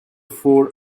four